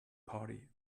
party